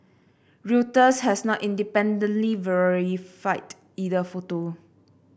reuters has not independently verified either photo